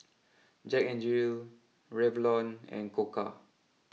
Jack N Jill Revlon and Koka